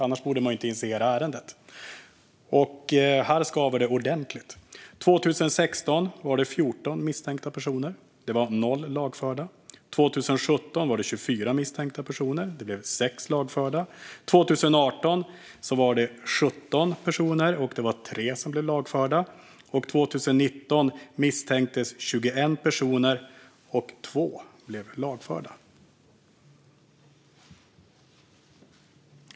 Annars borde man inte initiera ärendet. Här skaver det ordentligt. År 2016 var det 14 misstänkta personer. Det var noll lagförda. År 2017 var det 24 misstänkta personer. Det blev 6 lagförda. År 2018 var det 17 personer. Det var 3 som blev lagförda. År 2019 misstänktes 21 personer. Det blev 2 lagförda.